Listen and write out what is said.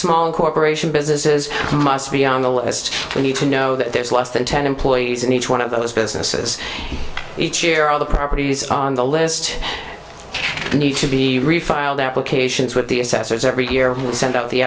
small corp businesses must be on the list we need to know that there's less than ten employees in each one of those businesses each year all the properties on the list need to be refiled applications with the assessors every year who send out the